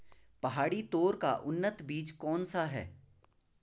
पहाड़ी तोर का उन्नत बीज कौन सा है?